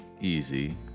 easy